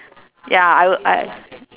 ya I would I